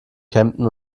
kempten